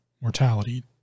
mortality